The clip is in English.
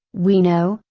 we know,